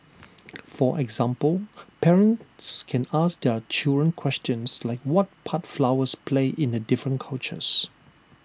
for example parents can ask their children questions like what part flowers play in the different cultures